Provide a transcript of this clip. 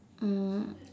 um